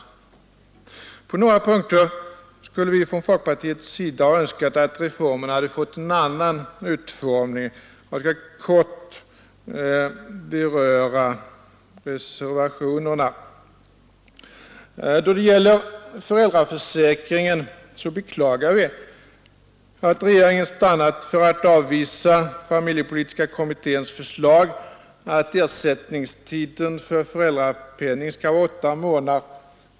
På några punkter skulle vi i folkpartiet ha önskat att reformerna hade fått en annan utformning. Jag skall kortfattat beröra reservationerna. Då det gäller föräldraförsäkringen beklagar vi att regeringen stannat för att avvisa familjepolitiska kommitténs förslag att ersättningstiden för föräldrapenning skall vara åtta månader.